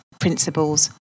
principles